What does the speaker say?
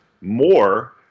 more